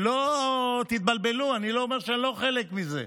שלא תתבלבלו, אני לא אומר שאני לא חלק מזה.